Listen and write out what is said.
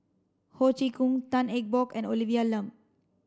Ho Chee Kong Tan Eng Bock and Olivia Lum